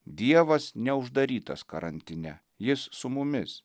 dievas neuždarytas karantine jis su mumis